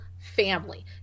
family